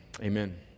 amen